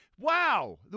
Wow